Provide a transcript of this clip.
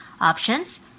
options